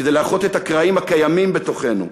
כדי לאחות את הקרעים הקיימים בתוכנו,